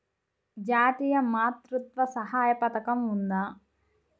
జాతీయ మాతృత్వ సహాయ పథకం ఉందా?